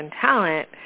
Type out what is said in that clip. talent